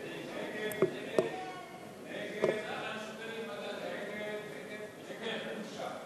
ההצעה להסיר מסדר-היום את הצעת